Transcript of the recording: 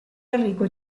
enrico